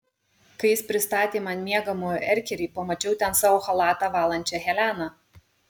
kai jis pristatė man miegamojo erkerį pamačiau ten savo chalatą valančią heleną